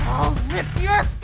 rip your